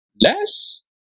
less